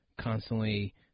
constantly